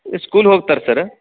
ಸ್ಕೂಲ್ಗೆ ಹೋಗ್ತಾರೆ ಸರ್